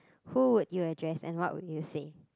who would you address and what would you say